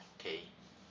okay